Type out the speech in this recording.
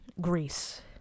greece